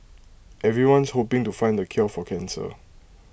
everyone's hoping to find the cure for cancer